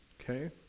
Okay